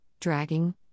dragging